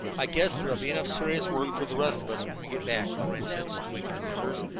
i guess there'll be enough serious work for the rest of us when we get back. for instance, winking at the others,